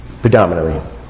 predominantly